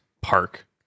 Park